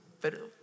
pero